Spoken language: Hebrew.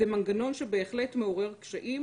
זה מנגנון שבהחלט מעורר קשיים,